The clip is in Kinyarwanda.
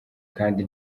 kandi